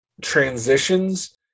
transitions